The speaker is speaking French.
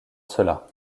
cela